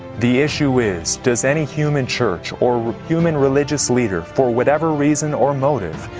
the issue is does any human church or human religious leader, for whatever reason or motive,